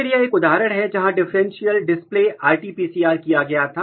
फिर यह एक उदाहरण है जहां डिफरेंशियल डिस्प्ले आरटी पीसीआर किया गया था